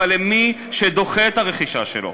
אבל למי שדוחה את הרכישה שלו.